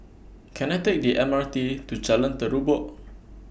Can I Take The M R T to Jalan Terubok